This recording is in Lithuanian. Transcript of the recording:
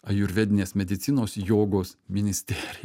ajurvedinės medicinos jogos ministerija